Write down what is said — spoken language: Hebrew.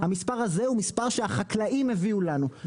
המספר הזה הוא מספר שהחקלאים הביאו לנו,